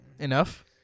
Enough